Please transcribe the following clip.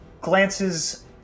glances